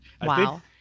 Wow